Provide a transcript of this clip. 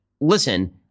Listen